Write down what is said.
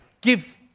give